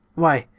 why,